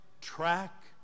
track